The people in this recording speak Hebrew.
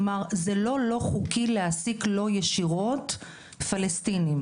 כלומר, זה לא לא-חוקי להעסיק לא ישירות פלסטינים.